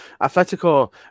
Atletico